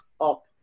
up